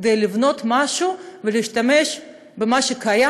כדי לבנות משהו ולהשתמש במה שקיים.